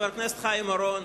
חבר הכנסת חיים אורון,